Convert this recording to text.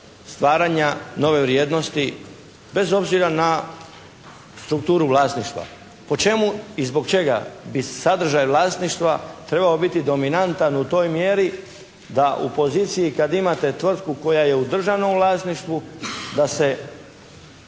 stvaranja nove vrijednosti bez obzira na strukturu vlasništva. Po čemu i zbog čega bi sadržaj vlasništva trebao biti dominantan u toj mjeri da u poziciji kad imate tvrtku koja je u državnom vlasništvu da se